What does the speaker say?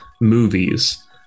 movies